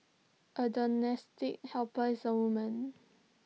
A domestic helper is A woman